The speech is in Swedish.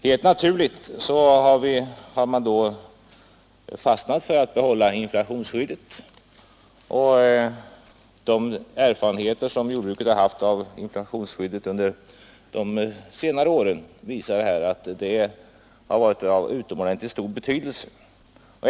Helt naturligt har man då fastnat för att behålla inflationsskyddet. De erfarenheter som jordbruket har haft av inflationsskyddet under de senare åren visar att det har varit av utomordentligt stor betydelse.